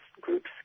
groups